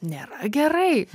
nėra gerai